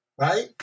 right